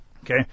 Okay